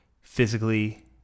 physically